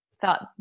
thought